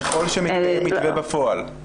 ככל שיש מתווה כזה בפועל.